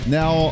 now